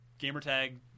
gamertag